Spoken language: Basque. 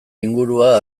ingurua